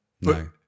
no